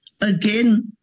again